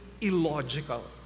illogical